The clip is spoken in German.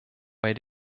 bei